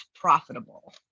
profitable